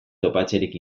topatzerik